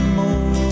more